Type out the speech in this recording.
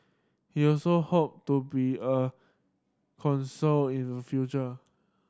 he also hope to be a console in the future